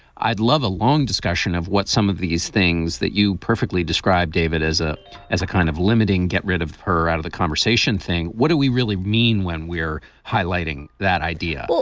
i'd love a long discussion of what some of these things that you perfectly describe, david, as a as a kind of limiting get rid of her out of the conversation thing. what do we really mean when we're highlighting that idea? but